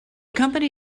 company